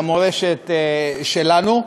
המורשת שלנו.